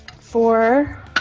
Four